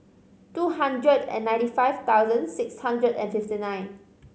two hundred and ninety five thousand six hundred and fifty nine